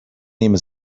nehme